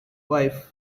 wife